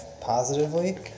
positively